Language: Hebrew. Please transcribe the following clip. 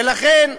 ולכן,